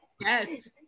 yes